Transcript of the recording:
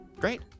Great